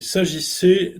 s’agissait